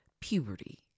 puberty